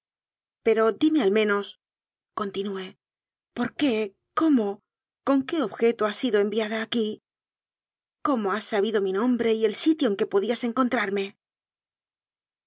pero dime al menoscontinué por qué cómo con qué objeto has sido enviada aquí cómo has sabido mi nombre y el sitio en que podías encon